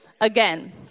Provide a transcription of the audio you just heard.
again